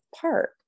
Park